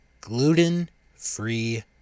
Gluten-Free